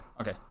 okay